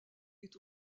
est